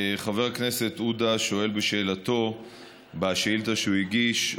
חבר הכנסת עודה שואל בשאילתה שהוא הגיש,